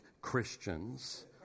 Christians